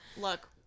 Look